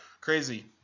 Crazy